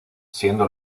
siendo